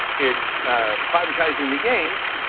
it's privatizing the gains,